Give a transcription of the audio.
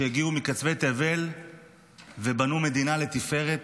שהגיעו מקצווי תבל ובנו מדינה לתפארת.